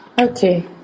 Okay